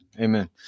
amen